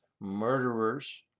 murderers